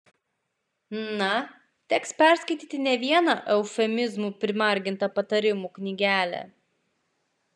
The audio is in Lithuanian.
na teks perskaityti ne vieną eufemizmų primargintą patarimų knygelę